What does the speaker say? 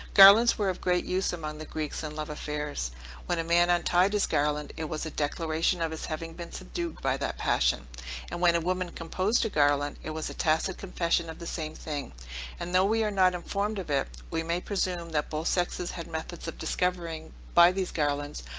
garlands were of great use among the greeks in love affairs when a man untied his garland, it was a declaration of his having been subdued by that passion and when a woman composed a garland, it was a tacit confession of the same thing and though we are not informed of it, we may presume that both sexes had methods of discovering by these garlands,